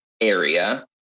area